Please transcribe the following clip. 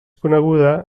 coneguda